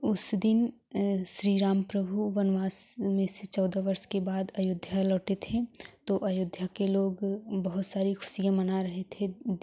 उस दिन श्री राम प्रभु वनवास में से चौदह वर्ष बाद अयोध्या लौटे थे तो अयोध्या के लोग बहुत सारी खुशियाँ मना रहे थे